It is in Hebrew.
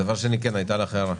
דבר שני, כן, הייתה לך הערה.